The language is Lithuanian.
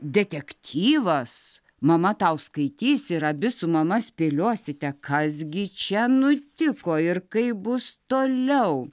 detektyvas mama tau skaitys ir abi su mama spėliosite kas gi čia nutiko ir kaip bus toliau